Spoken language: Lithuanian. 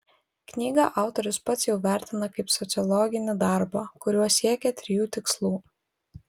knygą autorius pats jau vertina kaip sociologinį darbą kuriuo siekė trijų tikslų